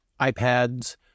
iPads